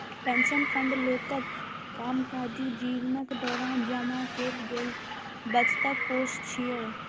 pension fund लोकक कामकाजी जीवनक दौरान जमा कैल गेल बचतक कोष छियै